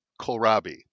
Kohlrabi